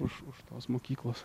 už už tos mokyklos